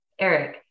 Eric